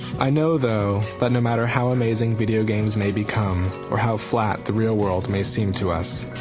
i know though, that no matter how amazing video games may become, or how flat the real world may seem to us,